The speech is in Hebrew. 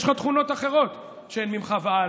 יש לך תכונות אחרות שהן ממך והלאה: